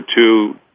two